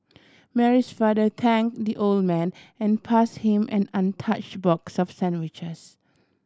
Mary's father thank the old man and pass him an untouched box of sandwiches